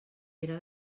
era